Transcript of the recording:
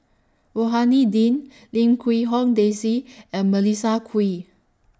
Rohani Din Lim Quee Hong Daisy and Melissa Kwee